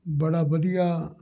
ਬੜਾ ਵਧੀਆ